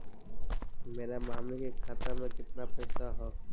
मेरा मामी के खाता में कितना पैसा हेउ?